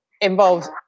involves